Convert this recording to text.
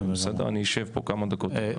אין בעיה,